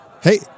Hey